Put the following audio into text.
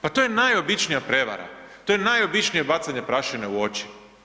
Pa to je najobičnija prevara, to je najobičnije bacanje prašine u oči.